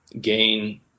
gain